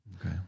Okay